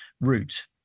route